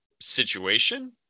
situation